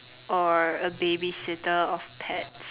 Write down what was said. or a babysitter of pets